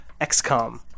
XCOM